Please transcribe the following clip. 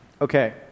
Okay